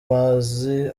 mazi